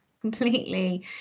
completely